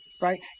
right